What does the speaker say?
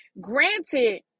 Granted